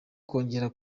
kongera